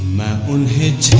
one hit